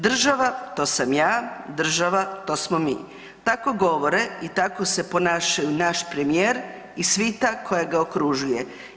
Država to sam ja, država to smo mi, tako govore i tako se ponašaju naš premijer i svita koja ga okružuje.